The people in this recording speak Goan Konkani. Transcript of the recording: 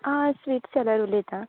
आं स्वीट सॅलर उलयतां